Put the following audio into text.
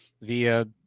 via